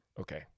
okay